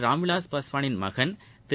ராம்விலாஸ் பாஸ்வானின் மகன் திரு